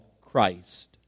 Christ